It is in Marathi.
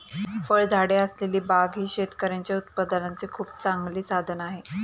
फळझाडे असलेली बाग ही शेतकऱ्यांच्या उत्पन्नाचे खूप चांगले साधन आहे